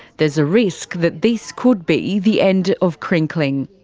there's a risk that this could be the end of crinkling.